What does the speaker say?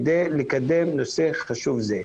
כדי לקדם נושא חשוב זה.